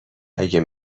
اگر